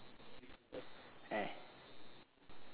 eh